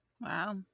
Wow